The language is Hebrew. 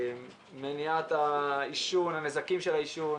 מניעת הנזקים של העישון.